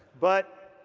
but,